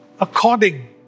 according